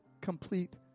complete